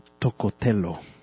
Tocotelo